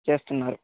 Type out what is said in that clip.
చేస్తున్నారు